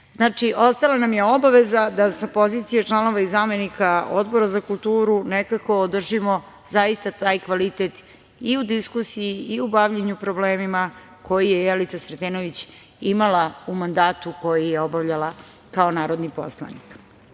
ostala nam je obaveza da sa pozicije članova i zamenika Odbora za kulturu nekako održimo zaista taj kvalitet i u diskusiji i u bavljenju problemima koje je Jelica Sretenović imala u mandatu koji je obavljala kao narodni poslanik. Sa